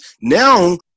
now